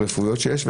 הרפואיות שיש.